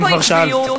אם כבר שאלת.